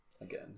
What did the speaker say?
again